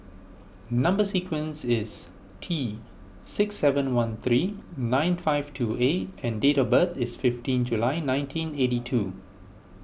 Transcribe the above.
Number Sequence is T six seven one three nine five two A and date of birth is fifteen July nineteen eighty two